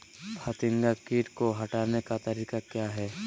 फतिंगा किट को हटाने का तरीका क्या है?